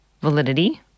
validity